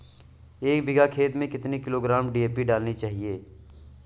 एक बीघा खेत में कितनी किलोग्राम डी.ए.पी डालनी चाहिए?